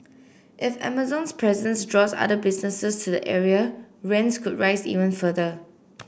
if Amazon's presence draws other businesses to the area rents could rise even further